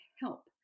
help